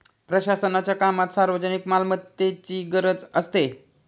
प्रशासनाच्या कामात सार्वजनिक मालमत्तेचीही गरज असते